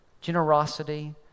generosity